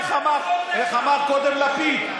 איך אמר קודם לפיד,